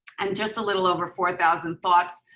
and just a little over four thousand thoughts,